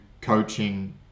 coaching